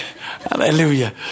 Hallelujah